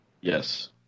Yes